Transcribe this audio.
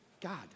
God